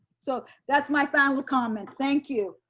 so that's my final comment, thank you.